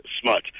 smut